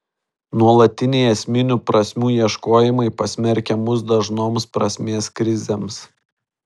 nuolatiniai esminių prasmių ieškojimai pasmerkia mus dažnoms prasmės krizėms